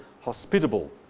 hospitable